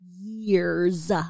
years